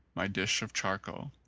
my dish of charcoal,